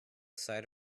side